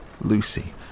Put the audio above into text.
Lucy